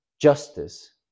justice